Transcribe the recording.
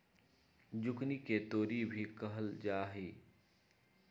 zucchini के तोरी भी कहल जाहई